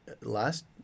last